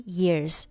years